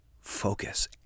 focus